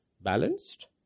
balanced